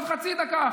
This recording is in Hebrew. עוד חצי דקה,